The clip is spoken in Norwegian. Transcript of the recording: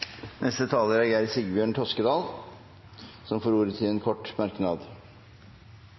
Geir Sigbjørn Toskedal har hatt ordet to ganger og får ordet til en kort merknad,